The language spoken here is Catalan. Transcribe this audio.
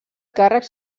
càrrecs